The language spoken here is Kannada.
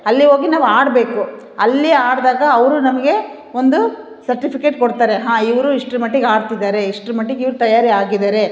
ಅಲ್ಲಿ ಹೋಗಿ ನಾವು ಹಾಡ್ಬೇಕು ಅಲ್ಲಿ ಹಾಡ್ದಾಗ ಅವರು ನಮಗೆ ಒಂದು ಸರ್ಟಿಫಿಕೇಟ್ ಕೊಡ್ತಾರೆ ಹಾಂ ಇವರು ಇಷ್ಟರ ಮಟ್ಟಿಗೆ ಹಾಡ್ತಿದ್ದಾರೆ ಇಷ್ಟರ ಮಟ್ಟಿಗೆ ಇವ್ರು ತಯಾರಿ ಆಗಿದ್ದಾರೇ